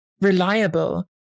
reliable